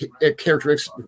characteristics